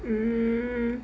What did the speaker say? mm